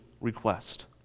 request